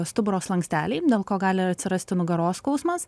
stuburo slanksteliai dėl ko gali atsirasti nugaros skausmas